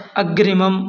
अग्रिमम्